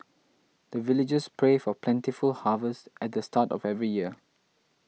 the villagers pray for plentiful harvest at the start of every year